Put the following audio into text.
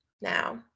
now